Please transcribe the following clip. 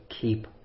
keep